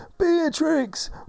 Beatrix